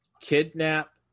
kidnap